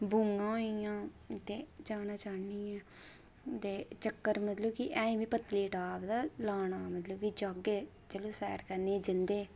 बूआं होइयां ते जाना चाह्नीं आं ते चक्कर मतलब कि ऐहीं बी पत्तनीटाप दा लाना मतलब कि जाह्गे चलो सैर करने गी जंदे